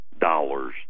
dollars